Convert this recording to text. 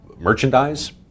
merchandise